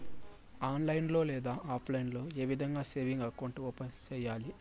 online లో లేదా offline లో ఏ విధంగా సేవింగ్ అకౌంట్ ఓపెన్ సేయాలి